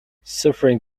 suffering